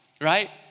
right